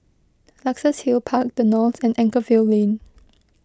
Luxus Hill Park the Knolls and Anchorvale Lane